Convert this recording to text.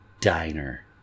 Diner